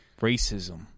racism